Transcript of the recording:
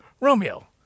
Romeo